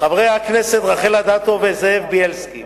חברי הכנסת רחל אדטו וזאב בילסקי